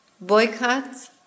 boycotts